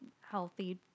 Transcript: healthy